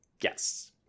Yes